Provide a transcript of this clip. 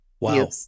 Wow